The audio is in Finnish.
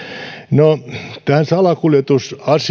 no tämä salakuljetusasia